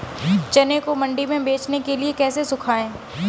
चने को मंडी में बेचने के लिए कैसे सुखाएँ?